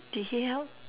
did he help